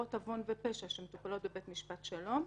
עבירות עוון ופשע, שמטופלות בבית משפט שלום,